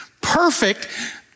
Perfect